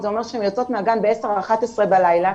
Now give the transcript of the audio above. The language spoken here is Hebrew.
אומר שהן יוצאות מהגן ב-22:00 ו 23:00 בלילה,